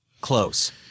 Close